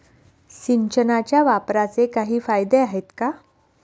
सिंचनाच्या वापराचे काही फायदे आहेत का?